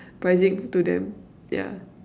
pricing to them yeah